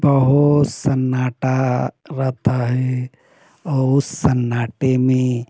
बहुत सन्नाटा रहता है और उस सन्नाटे में